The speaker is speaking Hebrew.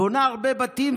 בונה הרבה בתים,